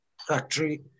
factory